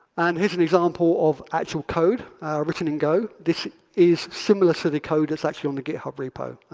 and here's an example of actual code written in go. this is similar to the code that's actually on the github repo,